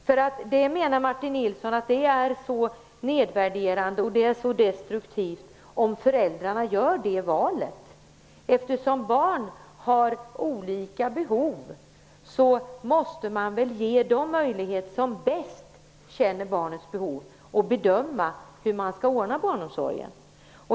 Martin Nilsson menar att det är nedvärderande och destruktivt om föräldrarna gör det valet. Eftersom barn har olika behov måste man väl ge dem möjlighet som bäst känner barnets behov att bedöma hur man skall ordna barnomsorgen.